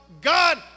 God